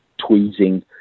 tweezing